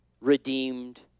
redeemed